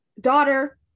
Daughter